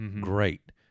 great